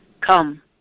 come